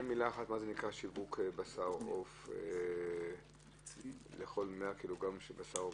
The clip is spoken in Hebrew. מה זה נקרא שיווק בשר עוף לכל 100 ק"ג של בשר עוף?